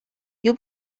you